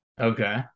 okay